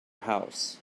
house